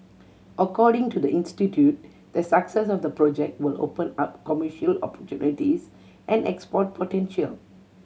according to the institute the success of the project will open up commercial opportunities and export potential